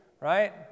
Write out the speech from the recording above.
right